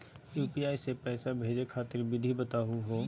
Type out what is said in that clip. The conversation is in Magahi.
यू.पी.आई स पैसा भेजै खातिर विधि बताहु हो?